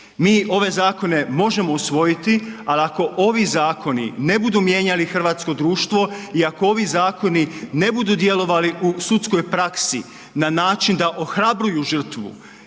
Mi ove zakone možemo usvojiti ali ako ovi zakoni ne budu mijenjali hrvatsko društvo i ako ovi zakoni ne budu djelovali u sudskoj praksi na način da ohrabruju žrtvu